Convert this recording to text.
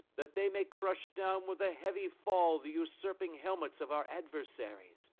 that they may crush down with a heavy fall the usurping helmets of our adversaries!